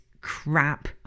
crap